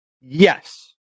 Yes